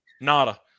Nada